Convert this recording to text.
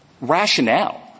rationale